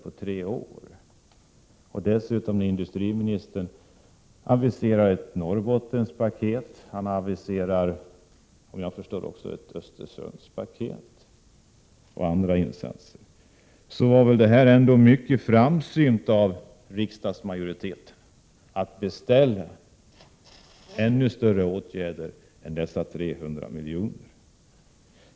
Om man jämför dessa 700 milj.kr. med de 300 milj.kr. som industriministern begärde för tre år, måste man säga att det var framsynt av riksdagsmajoriteten att beställa större åtgärder än de 300 miljonerna.